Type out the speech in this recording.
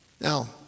Now